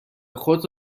خود